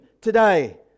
Today